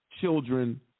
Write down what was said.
children